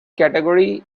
category